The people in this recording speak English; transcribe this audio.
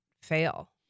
fail